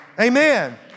Amen